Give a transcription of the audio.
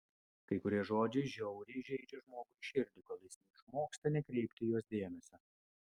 kai kurie žodžiai žiauriai žeidžia žmogui širdį kol jis neišmoksta nekreipti į juos dėmesio